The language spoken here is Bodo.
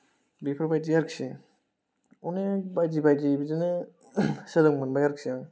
बेफोरबायदि आरोखि अनेक बायदि बायदि बिदिनो सोलोंनो मोनबाय आरोखि आं